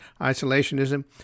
Isolationism